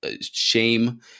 shame